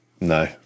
no